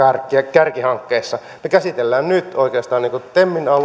kärkihankkeissa me käsittelemme nyt oikeastaan temin